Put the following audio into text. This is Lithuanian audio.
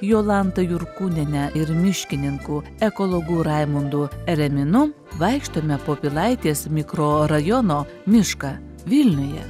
jolanta jurkūniene ir miškininku ekologu raimundu ereminu vaikštome po pilaitės mikrorajono mišką vilniuje